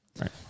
right